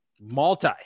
multi